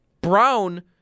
Brown